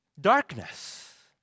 darkness